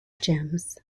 gems